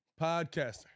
Podcaster